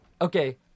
Okay